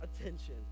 attention